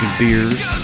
beers